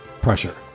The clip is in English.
Pressure